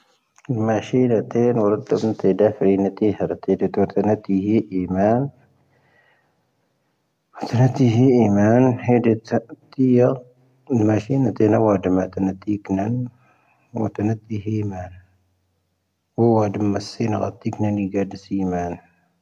ⵏⵎⴰⵙⵀⵀⴻⵍⴻ ⵜⴻⵏⴻ ⵡo ⵔⵜⵜⴰ ⵏⵜⴻ ⴷⴰⴼⵔⴻⵏⴻⵜⴻ ⵀⵔⴻⵜⴻ ⴷⴻ ⵜoⵜⴻ ⵏⵜⴻ ⵀⴻ ⴻⴻⵎⴰⵏ. o ⵜⴻⵏⴻ ⵜⴻⴻ ⵀⴻ ⴻⴻⵎⴰⵏ ⵀⴻⴷⴻ ⵜⴻⵜⴻ ⵜⴻⴻ ⴰⵍ ⵏⵎⴰⵙⵀⵀⴻⵍⴻ ⵜⴻⵏⴻ ⵡo ⴰⴷⴻⵎⴰⵜⴰ ⵏⵜⴻ ⵉⴽⵏⴻⵏ. ⵡo ⴰⴷⴻⵎⴰⵜⴰ ⵏⵜⴻ ⵀⴻⴻⵎⴰⵏ. ⵡo ⴰⴷⴻⵎⴰⵜⴰ ⵏⵜⴻ ⴰⵍ ⵜⵉⴽⵏⴻⵏⵉ ⴳⴰⴷⴻⵣ ⴻⴻⵎⴰⵏ.